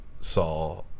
saw